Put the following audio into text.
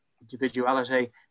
individuality